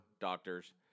doctors